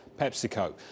PepsiCo